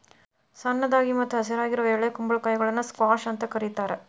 ಸಣ್ಣದಾಗಿ ಮತ್ತ ಹಸಿರಾಗಿರುವ ಎಳೆ ಕುಂಬಳಕಾಯಿಗಳನ್ನ ಸ್ಕ್ವಾಷ್ ಅಂತ ಕರೇತಾರ